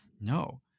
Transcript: No